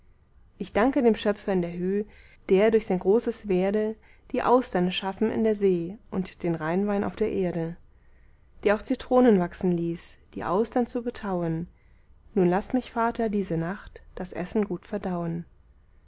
ich danke dem schöpfer in der höh der durch sein großes werde die austern erschaffen in der see und den rheinwein auf der erde der auch zitronen wachsen ließ die austern zu betauen nun laß mich vater diese nacht das essen gut verdauen